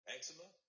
Eczema